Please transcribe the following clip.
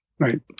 Right